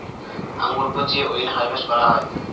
আঙ্গুর পচিয়ে wine harvest করা হয়